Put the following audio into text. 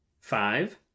Five